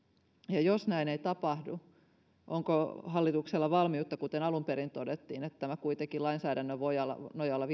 ja jos näin ei tapahdu onko hallituksella valmiutta kuten alun perin todettiin viedä tämä kuitenkin lainsäädännön nojalla nojalla